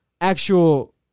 actual